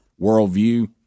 worldview